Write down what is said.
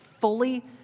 fully